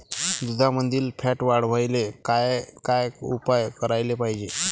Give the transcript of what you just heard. दुधामंदील फॅट वाढवायले काय काय उपाय करायले पाहिजे?